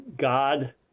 God